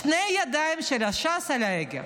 שתי הידיים של ש"ס על ההגה,